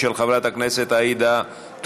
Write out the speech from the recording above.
התשע"ה 2015. מי בעד?